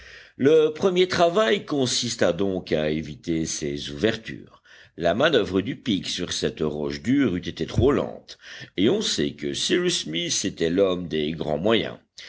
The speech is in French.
le premier travail consista donc à éviter ces ouvertures la manoeuvre du pic sur cette roche dure eût été trop lente et on sait que cyrus smith était l'homme des grands moyens